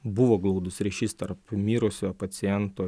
buvo glaudus ryšys tarp mirusio paciento